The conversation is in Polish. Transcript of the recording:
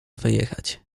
wyjechać